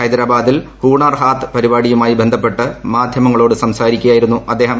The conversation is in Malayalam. ഹൈദ്രാബാദിൽ ഹൂണാർ ഹാത്ത് പരിപാടിയുമായി ബന്ധപ്പെട്ട് മാധ്യമങ്ങളോട് സംസാരിക്കുകയായിരുന്നു അദ്ദേഹം